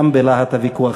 גם בלהט הוויכוח.